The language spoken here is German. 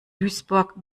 duisburg